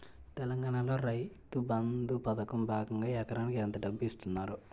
తెలంగాణలో రైతుబంధు పథకం భాగంగా ఎకరానికి ఎంత డబ్బు ఇస్తున్నారు?